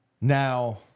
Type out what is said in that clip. Now